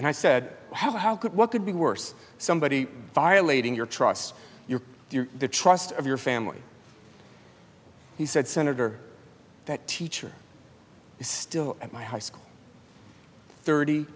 and i said how could what could be worse somebody violating your trust your the trust of your family he said senator that teacher is still at my high school thirty